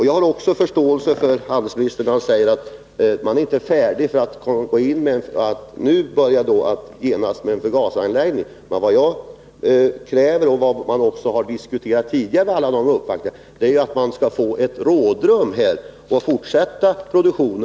Jag har förståelse för det handelsministern säger om att man inte nu är beredd att gå in för en förgasaranläggning, men det jag kräver — och det har man också diskuterat tidigare vid alla de uppvaktningar som gjorts — är att företaget skall ges rådrum så att det kan fortsätta produktionen.